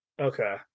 Okay